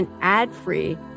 ad-free